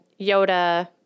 yoda